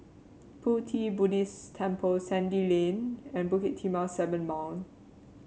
Pu Ti Buddhist Temple Sandy Lane and Bukit Timah Seven Mile